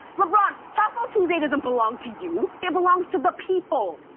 lebron, taco tuesday doesn't belong to you. it belongs to the people.